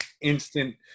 instant